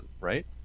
right